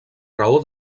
raó